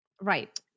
Right